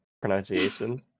pronunciation